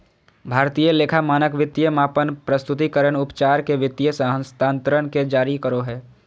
भारतीय लेखा मानक वित्तीय मापन, प्रस्तुतिकरण, उपचार के वित्तीय हस्तांतरण के जारी करो हय